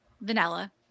vanilla